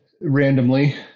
randomly